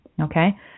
okay